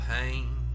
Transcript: pain